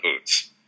boots